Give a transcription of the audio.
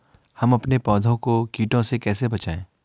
हम अपने पौधों को कीटों से कैसे बचाएं?